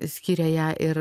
skiria ją ir